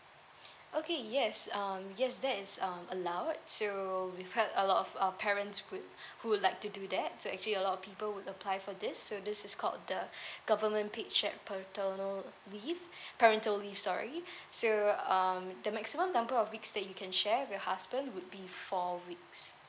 okay yes um yes that is um allowed so we heard a lot of uh parents would who'd like to do that so actually a lot of people would apply for this so this is called the government paid paternal leave parental leave sorry so um the maximum number of weeks that you can share with your husband would be four weeks